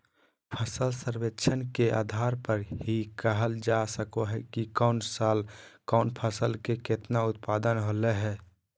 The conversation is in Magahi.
फसल सर्वेक्षण के आधार पर ही कहल जा सको हय कि कौन साल कौन फसल के केतना उत्पादन होलय हें